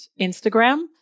Instagram